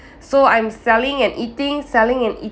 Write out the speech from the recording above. so I'm selling and eating selling and eat~